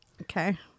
Okay